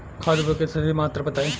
खाद उर्वरक के सही मात्रा बताई?